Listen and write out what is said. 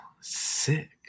sick